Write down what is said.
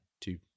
two